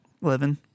living